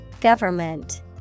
Government